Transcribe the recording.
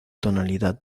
tonalidad